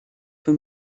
für